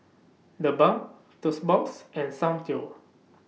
TheBalm Toast Box and Soundteoh